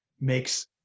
makes